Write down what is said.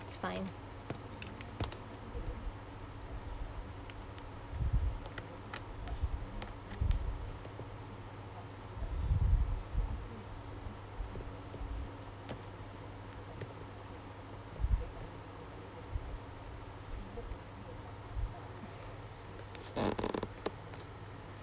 it's fine